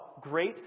great